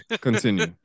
continue